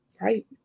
right